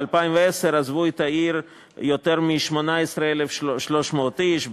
ב-2010 עזבו את העיר יותר מ-18,300 איש,